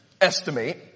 estimate